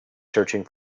searching